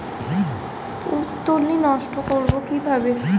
পুত্তলি নষ্ট করব কিভাবে?